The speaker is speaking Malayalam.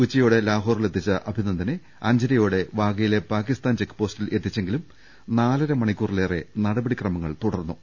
ഉച്ചയോടെ ലാഹോറിലെത്തിച്ച അഭി നന്ദനെ അഞ്ചരയോടെ വാഗയിലെ പാക്കിസ്ഥാൻ ചെക്പോസ്റ്റിൽ എത്തി ച്ചെങ്കിലും നാലര മണിക്കൂറിലേറെ നടപടിക്രമങ്ങൾ തുടർന്നു